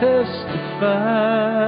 Testify